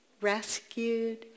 rescued